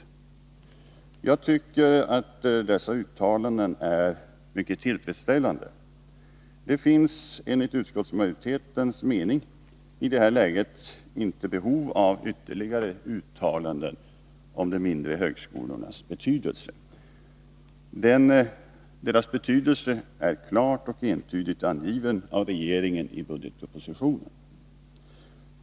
Jag tycker att dessa uttalanden är mycket tillfredsställande, och det finns enligt utskottsmajoritetens mening i det här läget inte behov av ytterligare uttalanden om de mindre högskolornas betydelse; deras betydelse är klart och entydigt angiven av regeringen i budgetpropositionen.